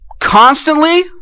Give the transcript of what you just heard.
Constantly